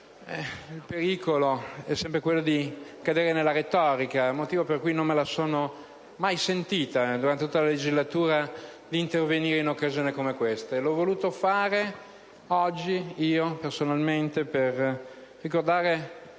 Il pericolo è sempre quello di cadere nella retorica, ed è il motivo per il quale non me la sono mai sentita, durante tutta la legislatura, di intervenire in occasioni come queste. L'ho voluto fare oggi, personalmente, per ricordare